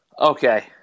Okay